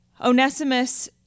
Onesimus